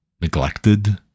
neglected